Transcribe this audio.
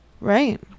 Right